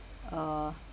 uh